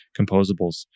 composables